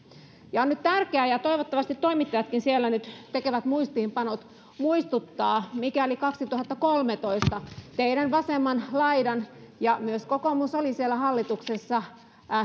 on nyt tärkeää ja toivottavasti toimittajatkin siellä nyt tekevät muistiinpanot muistuttaa mikä oli kaksituhattakolmetoista teidän vasemman laidan kanta ja myös kokoomus oli siellä hallituksessa